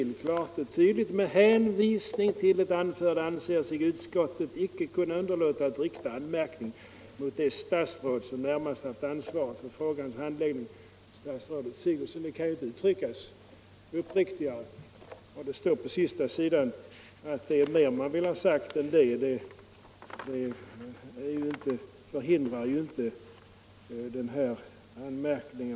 Där står klart och tydligt: ”Med hänvisning till det anförda anser sig utskottet icke kunna underlåta att rikta anmärkning mot det statsråd som närmast haft ansvaret för frågans handläggning, statsrådet Sigurdsen.” Det kan inte uttryckas klarare. Att det står på sista sidan att där också finns annat vi vill ha sagt gör inte anmärkningen mindre betydelsefull.